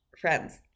friends